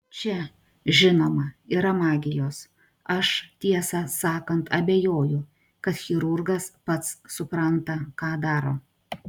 čia žinoma yra magijos aš tiesą sakant abejoju kad chirurgas pats supranta ką daro